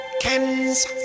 Ken's